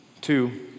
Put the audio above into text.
Two